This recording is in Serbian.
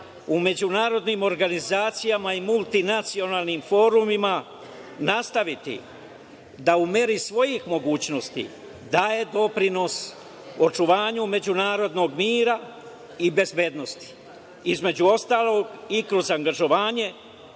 u međunarodnim organizacijama i multinacionalnim forumima nastaviti da u meri svojih mogućnosti daje doprinos očuvanju međunarodnog mira i bezbednosti, između ostalog, i kroz angažovanje